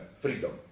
freedom